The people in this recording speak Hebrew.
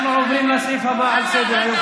אנחנו עוברים לסעיף הבא על סדר-היום.